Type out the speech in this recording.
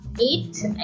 eight